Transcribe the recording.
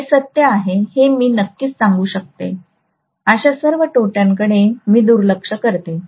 हे सत्य आहे हे मी नक्की सांगू शकतो अशा सर्व तोट्याकडे मी दुर्लक्ष करतो